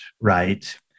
right